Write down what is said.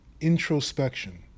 introspection